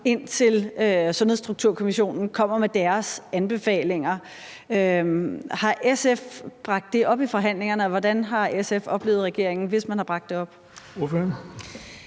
indtil Sundhedsstrukturkommissionen kommer med deres anbefalinger. Har SF bragt det op i forhandlingerne, og hvordan har SF oplevet regeringen, hvis man har bragt det op?